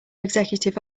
executive